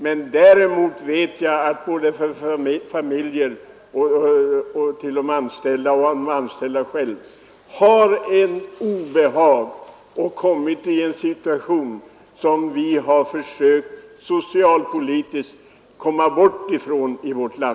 Men jag vet att det för såväl de anställda som deras familjer medför obehag. De har kommit att befinna sig i en situation, som vi i vårt land försökt att socialpolitiskt komma bort ifrån.